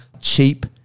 cheap